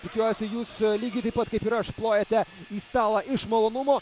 tikiuosi jūs lygiai taip pat kaip ir aš plojate į stalą iš malonumo